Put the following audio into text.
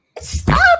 stop